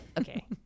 okay